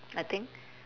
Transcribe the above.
I think